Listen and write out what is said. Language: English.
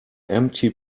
empty